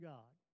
God